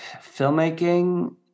filmmaking